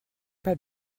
pas